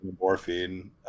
morphine